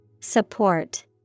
Support